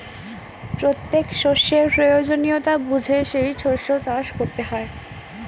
প্রত্যেক শস্যের প্রয়োজনীয়তা বুঝে সেই শস্য চাষ করতে হয়